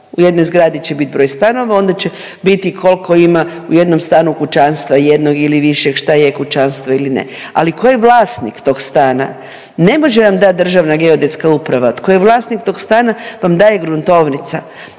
U jednoj zgradi će bit broj stanova, onda će biti koliko ima u jednom stanu kućanstva, jednog ili više, šta je kućanstvo ili ne. Ali tko je vlasnik tog stana? Ne može vam dati Državna geodetska uprava, tko je vlasnik tog stana vam daje gruntovnica,